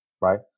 right